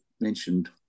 mentioned